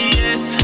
yes